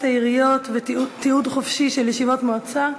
העיריות (תיעוד חופשי של ישיבות מועצה),